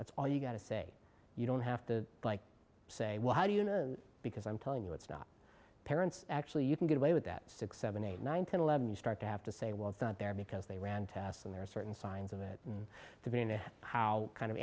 that's all you got to say you don't have to like say well how do you know because i'm telling you it's not parents actually you can get away with that six seven eight nine ten eleven you start to have to say well it's not there because they ran tests and there are certain signs of it and to be in it how kind of